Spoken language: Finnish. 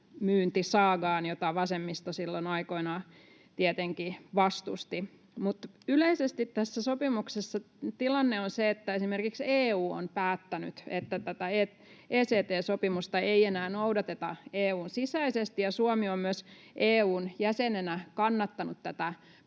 Caruna-myyntisaagaan, jota vasemmisto silloin aikoinaan tietenkin vastusti. Mutta yleisesti tässä sopimuksessa tilanne on se, että esimerkiksi EU on päättänyt, että tätä ECT-sopimusta ei enää noudateta EU:n sisäisesti, ja myös Suomi on EU:n jäsenenä kannattanut tätä päätöstä.